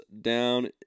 down